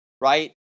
right